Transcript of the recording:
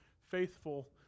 faithful